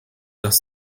das